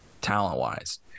talent-wise